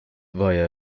via